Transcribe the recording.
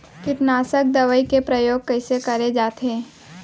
कीटनाशक दवई के प्रयोग कइसे करे जाथे?